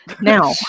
Now